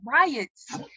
riots